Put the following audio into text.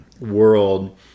World